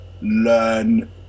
learn